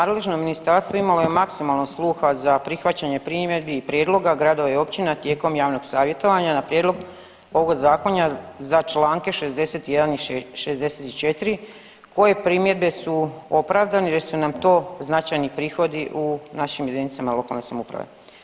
Kolega Borić, nadležno ministarstvo imalo je maksimalno sluha za prihvaćanje primjedbi i prijedloga gradova i općina tijekom javnog savjetovanja na prijedlog ovog zakona za Članke 61. i 64. koje primjedbe su opravdane jer su nam to značajni prihodi u našim jedinicama lokalne samouprave.